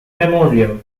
memorial